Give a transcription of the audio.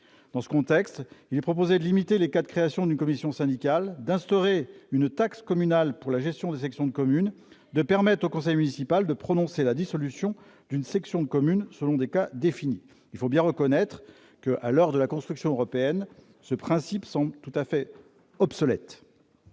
Dans ce contexte, il est proposé de limiter les cas de création d'une commission syndicale, d'instaurer une taxe communale pour la gestion des sections de commune et de permettre au conseil municipal de prononcer la dissolution d'une section de commune selon des cas définis. Il faut bien reconnaître que, à l'heure de la construction européenne, ce principe semble tout à fait obsolète.